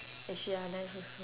actually ya nice also